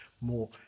more